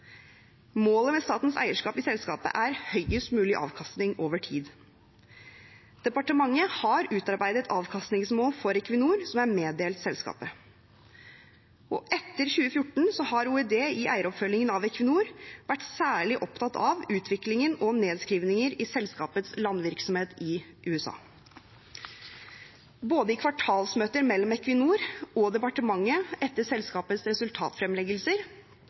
Målet med statens eierskap i selskapet er høyest mulig avkastning over tid. Departementet har utarbeidet avkastningsmål for Equinor som er meddelt selskapet. Etter 2014 har OED i eieroppfølgingen av Equinor vært særlig opptatt av utviklingen og nedskrivninger i selskapets landvirksomhet i USA. Både i kvartalsmøter mellom Equinor og departementet etter selskapets resultatfremleggelser